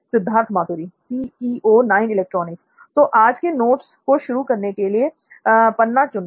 सिद्धार्थ मातुरी तो आज के नोट्स को शुरू करने के लिए पन्ना चुनना